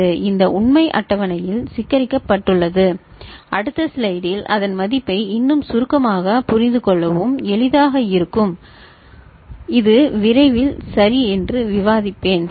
இது இந்த உண்மை அட்டவணையில் சித்தரிக்கப்பட்டுள்ளது அடுத்த ஸ்லைடில் அதன் பதிப்பை இன்னும் சுருக்கமாக புரிந்துகொள்ளவும் எளிதாக இருக்கும் இது விரைவில் சரி என்று விவாதிப்பேன்